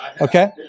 Okay